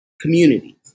communities